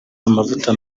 amavuta